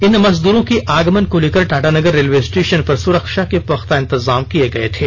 इन मजदूरों के आगमन को लेकर टाटानगर रेलवे स्टेशन पर सुरक्षा के पुख्ता इंतजाम किये गये थे